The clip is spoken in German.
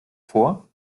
vor